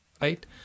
Right